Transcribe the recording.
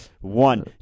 One